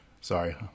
Sorry